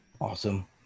Awesome